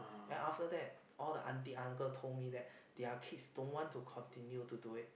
and after that all the aunty uncle told me that their kids don't want to continue to do it